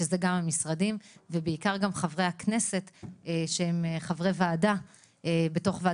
שזה גם המשרדים ובעיקר גם חברי הכנסת שהם חברים בוועדת הבריאות: